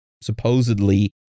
Supposedly